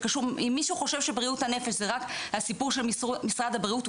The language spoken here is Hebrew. אם מישהו חושב שבריאות הנפש זה רק הסיפור של משרד הבריאות,